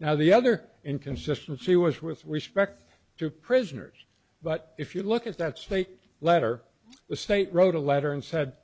now the other inconsistency was with respect to prisoners but if you look at that state letter the state wrote a letter and said